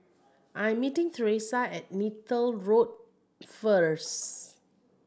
I'm meeting Teresa at Neythal Road first